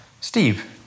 Steve